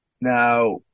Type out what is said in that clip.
now